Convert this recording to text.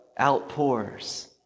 outpours